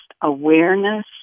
awareness